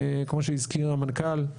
כמו שהזכיר המנכ"ל,